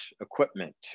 equipment